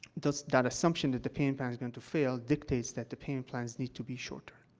does that assumption that the payment plan is going to fail dictates that the payment plans need to be shorter.